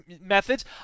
methods